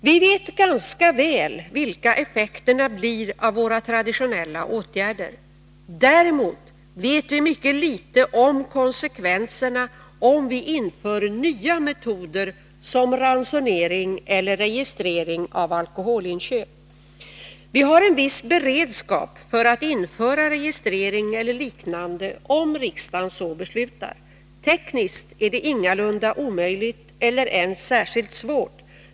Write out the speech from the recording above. Vi vet ganska väl vilka effekterna blir av våra traditionella åtgärder. Däremot vet vi mycket litet om konsekvenserna om vi inför nya metoder som ransonering eller registrering av alkoholinköp. Vi har en viss beredskap för att införa registrering eller liknande om riksdagen så beslutar. Tekniskt är det ingalunda omöjligt, eller ens särskilt svårt.